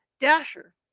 Dasher